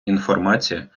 інформація